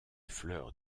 fleurs